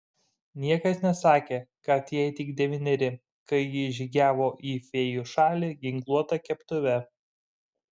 niekas nesakė kad jai tik devyneri kai ji žygiavo į fėjų šalį ginkluota keptuve